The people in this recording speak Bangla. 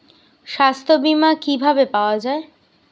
সাস্থ্য বিমা কি ভাবে পাওয়া যায়?